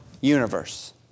universe